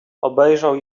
obejrzał